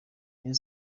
rayon